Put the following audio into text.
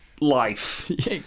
life